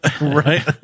Right